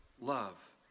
love